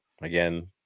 Again